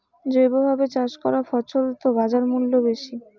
জৈবভাবে চাষ করা ফছলত বাজারমূল্য বেশি